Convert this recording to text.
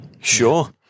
sure